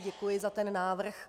Děkuji za ten návrh.